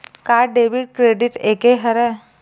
का debit credit एके हरय?